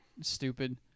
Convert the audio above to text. stupid